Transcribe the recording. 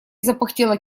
запыхтела